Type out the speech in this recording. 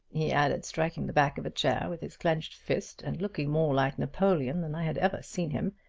he added, striking the back of a chair with his clenched fist and looking more like napoleon than i had ever seen him,